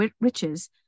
riches